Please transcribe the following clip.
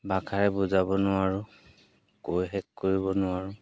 ভাষাৰে বুজাব নোৱাৰোঁ কৈ শেষ কৰিব নোৱাৰোঁ